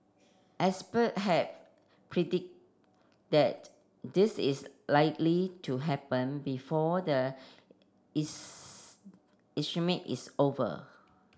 expert have predict that this is likely to happen before the is over